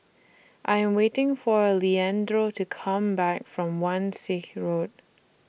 I Am waiting For Leandro to Come Back from Wan Shih Road